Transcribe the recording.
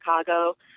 Chicago